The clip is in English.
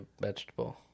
vegetable